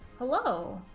hello,